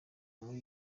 muri